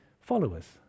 followers